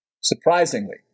Surprisingly